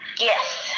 Yes